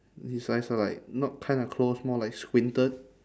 his eyes are like not kinda close more like squinted